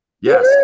Yes